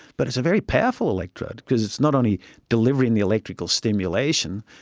but it's a very powerful electrode because it's not only delivering the electrical stimulation,